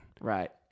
Right